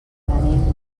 venim